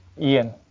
Ian